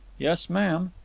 yes, ma'am.